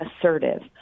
Assertive